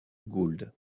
gould